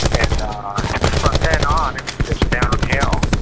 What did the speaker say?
and from then on it was just downhill.